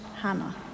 Hannah